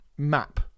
Map